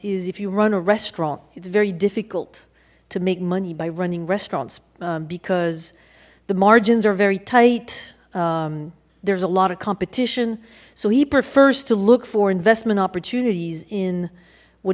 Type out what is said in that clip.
is if you run a restaurant it's very difficult to make money by running restaurants because the margins are very tight there's a lot of competition so he prefers to look for investment opportunities in what